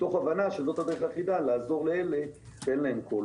מתוך הבנה שזאת הדרך היחידה לעזור לאלה שאין להם קול.